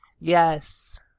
Yes